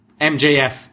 mjf